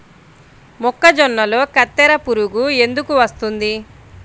మొక్కజొన్నలో కత్తెర పురుగు ఎందుకు వస్తుంది?